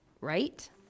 right